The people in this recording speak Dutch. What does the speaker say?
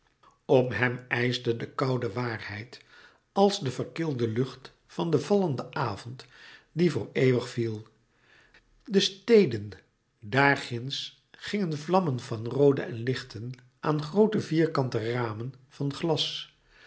om hem ijsde de koude waarheid als de verkillende lucht van den vallenden avond die voor eeuwig viel de steden daarginds gingen vlammen van roode en gele lichten aan groote vierkante ramen van glas